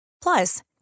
Plus